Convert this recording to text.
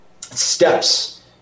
steps